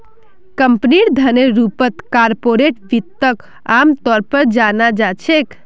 कम्पनीर धनेर रूपत कार्पोरेट वित्तक आमतौर पर जाना जा छे